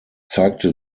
zeigte